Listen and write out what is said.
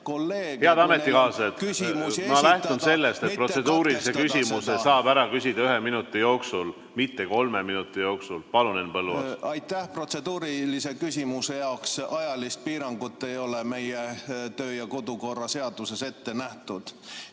katkestada ... Ma lähtun sellest, et protseduurilise küsimuse saab ära küsida ühe minuti jooksul, mitte kolme minuti jooksul. Palun, Henn Põlluaas! Aitäh! Protseduurilise küsimuse jaoks ajalist piirangut ei ole meie kodu- ja töökorra seaduses ette nähtud.